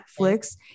Netflix